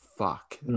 Fuck